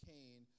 Cain